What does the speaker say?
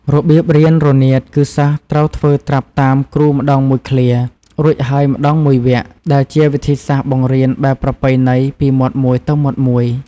របៀបរៀនរនាតគឺសិស្សត្រូវធ្វើត្រាប់តាមគ្រូម្តងមួយឃ្លា រួចហើយម្តងមួយវគ្គ ដែលជាវិធីសាស្ត្របង្រៀនបែបប្រពៃណីពីមាត់មួយទៅមាត់មួយ។